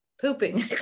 pooping